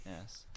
yes